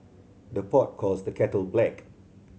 the pot calls the kettle black